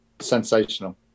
sensational